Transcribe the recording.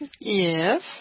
Yes